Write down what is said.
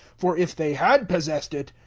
for if they had possessed it,